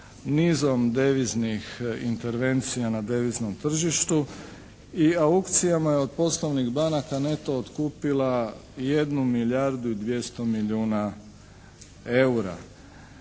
nizom deviznih intervencija na deviznom tržištu i aukcijama je od poslovnih banaka neto otkupila jednu milijardu i 200 milijuna eura.